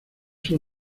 son